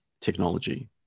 technology